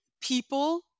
people